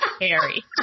Harry